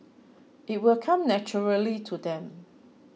it will come naturally to them